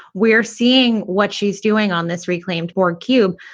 we're seeing what she's doing on this reclaimed borg cube.